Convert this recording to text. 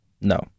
no